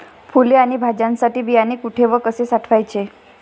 फुले आणि भाज्यांसाठी बियाणे कुठे व कसे साठवायचे?